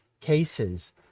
cases